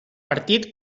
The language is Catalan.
partit